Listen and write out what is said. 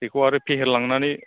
बेखौ आरो फेहेलांनानै